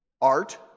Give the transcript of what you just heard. art